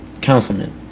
councilman